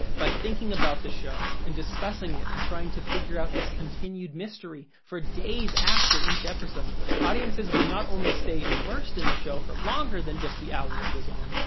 by thinking about the show and discussing it and trying to figure out this continued mystery for days after each episode, audiences would not only stay immersed in the show for longer than just the hour it was on,